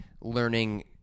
learning